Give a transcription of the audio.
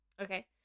Okay